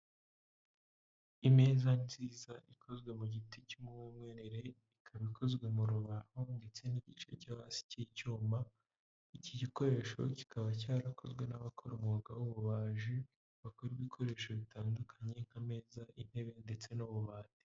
Imeza nziza ikozwe mu giti cy'umwimerere ikaba ikozwe mu rubaho ndetse n'igice cyo hasi k'icyuma, iki gikoresho kikaba cyarakozwe n'abakora umwuga w'ububaji, bakora ibikoresho bitandukanye nk'ameza, intebe ndetse n'ububati.